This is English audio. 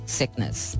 sickness